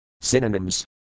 Synonyms